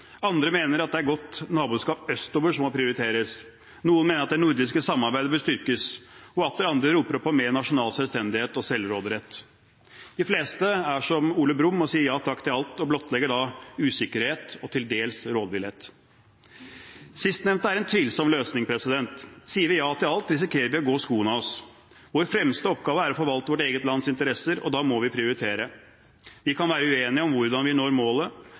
Andre mener at det er godt naboskap østover som må prioriteres. Noen mener at det nordiske samarbeidet bør styrkes, og atter andre roper om mer nasjonal selvstendighet og selvråderett. De fleste er som Ole Brumm og sier ja takk til alt og blottlegger da usikkerhet og til dels rådvillhet. Sistnevnte er en tvilsom løsning. Sier vi ja til alt, risikerer vi å gå skoene av oss. Vår fremste oppgave er å forvalte vårt eget lands interesser, og da må vi prioritere. Vi kan være uenige om hvordan vi når målet,